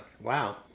wow